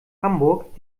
hamburg